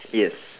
yes